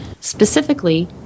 specifically